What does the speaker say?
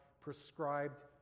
prescribed